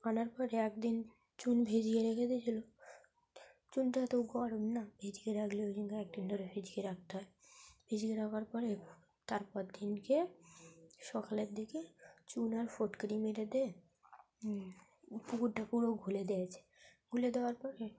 আনার পরে একদিন চুন ভিজিয়ে রেখে দিয়েছিল চুনটা এত গরম না ভিজিয়ে রাখলে ওই জন্য একদিন ধরে ভিজিয়ে রাখতে হয় ভিজিয়ে রাখার পরে তারপর দিনকে সকালের দিকে চুন আর ফিটকিরি মেরে দিয়ে পুকুরটা পুরো ঘুলে দিয়েছে ঘুলে দেওয়ার পরে